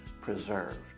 preserved